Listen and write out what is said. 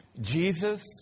Jesus